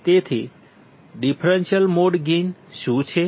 તેથી differential mode gain શું છે